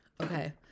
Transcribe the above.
Okay